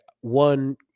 one